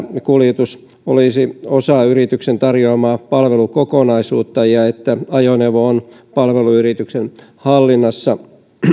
kuljetus olisi osa yrityksen tarjoamaa palvelukokonaisuutta ja että ajoneuvo on palveluyrityksen hallinnassa